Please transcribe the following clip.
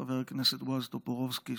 חבר הכנסת בועז טופורובסקי,